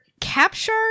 capture